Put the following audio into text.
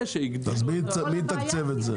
שהגדילו את ה- -- אז מי יתקצב את זה?